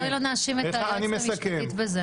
קרן, בואי לא נאשים את היועצת המשפטית בזה.